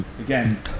again